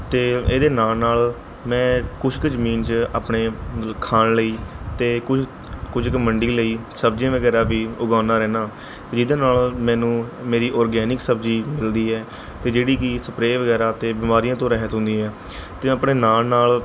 ਅਤੇ ਇਹਦੇ ਨਾਲ਼ ਨਾਲ਼ ਮੈਂ ਕੁਛ ਕੁ ਜਮੀਨ 'ਚ ਆਪਣੇ ਖਾਣ ਲਈ ਅਤੇ ਕੁਝ ਕੁਝ ਕੁ ਮੰਡੀ ਲਈ ਸਬਜੀਆਂ ਵਗੈਰਾ ਵੀ ਉਗਾਉਂਦਾ ਰਹਿਨਾ ਜਿਹਦੇ ਨਾਲ ਮੈਨੂੰ ਮੇਰੀ ਔਰਗੈਨਿਕ ਸਬਜੀ ਮਿਲਦੀ ਹੈ ਅਤੇ ਜਿਹੜੀ ਕਿ ਸਪਰੇਅ ਵਗੈਰਾ ਅਤੇ ਬਿਮਾਰੀਆਂ ਤੋਂ ਰਹਿਤ ਹੁੰਦੀ ਆ ਅਤੇ ਆਪਣੇ ਨਾਲ਼ ਨਾਲ਼